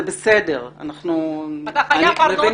אתה חייב ארנונה?